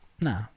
no